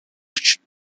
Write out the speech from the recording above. should